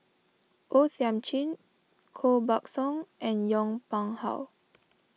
O Thiam Chin Koh Buck Song and Yong Pung How